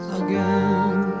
again